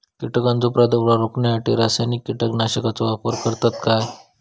कीटकांचो प्रादुर्भाव रोखण्यासाठी रासायनिक कीटकनाशकाचो वापर करतत काय?